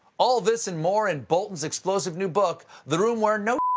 all this and more in bolton's explosive new book the room where, no